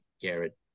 Garrett